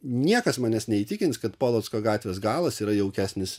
niekas manęs neįtikins kad polocko gatvės galas yra jaukesnis